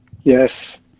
yes